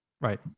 Right